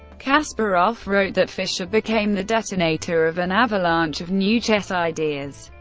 kasparov wrote that fischer became the detonator of an avalanche of new chess ideas,